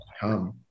come